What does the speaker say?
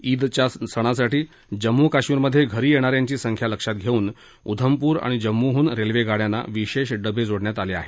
ईदच्या सणासाठी जम्मू काश्मीरमध्ये घरी येणाऱ्यांची संख्या लक्षात घेता उधमपूर आणि जम्मूहून रेल्वे गाडयांना विशेष डबे जोडण्यात आले आहेत